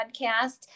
podcast